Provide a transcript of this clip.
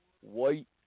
white